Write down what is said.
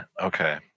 okay